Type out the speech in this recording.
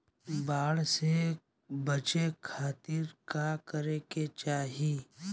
बाढ़ से बचे खातिर का करे के चाहीं?